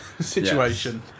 situation